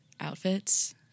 outfits